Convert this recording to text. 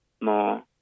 more